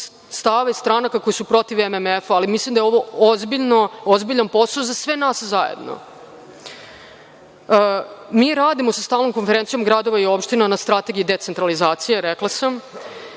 stav stranaka koje su protiv MMF-a, ali mislim da je ovo ozbiljan posao za sve nas zajedno. Mi radimo sa Stalnom konferencijom gradova i opština na strategiji decentralizacije. Mislim